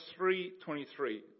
3.23